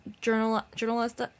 journalist